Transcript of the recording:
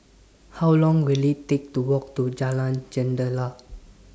How Long Will IT Take to Walk to Jalan Jendela